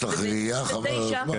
יש לך ראייה, חבל על הזמן.